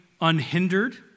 unhindered